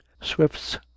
swift's